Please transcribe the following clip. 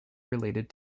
related